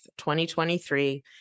2023